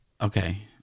okay